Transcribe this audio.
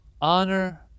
honor